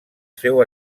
seu